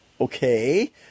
okay